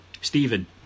Stephen